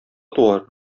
туар